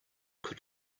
could